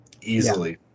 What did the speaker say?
Easily